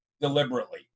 deliberately